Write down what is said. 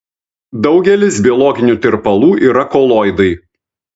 daugelis biologinių tirpalų yra koloidai